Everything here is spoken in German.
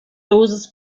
dosis